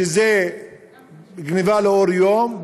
שזה גנבה לאור יום,